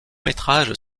métrage